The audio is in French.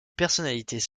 personnalités